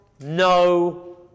no